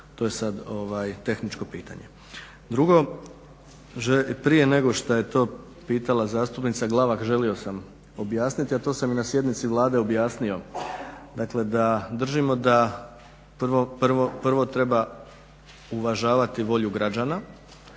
to je sada tehničko pitanje. Drugo, prije nego što je to pitala zastupnica Glavak želio sam objasniti, a to sam i na sjednici Vlade objasnio dakle da držimo da prvo treba uvažavati volju građana.